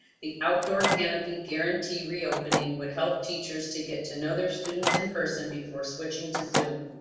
the outdoor canopy guarantee reopening would help teachers to get to know their students in person before switching to zoom.